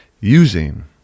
using